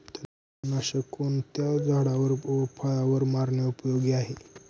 तणनाशक कोणकोणत्या झाडावर व फळावर मारणे उपयोगी आहे?